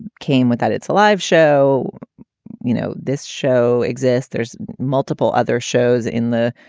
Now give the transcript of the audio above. came with that. it's a live show you know, this show exists. there's multiple other shows in the,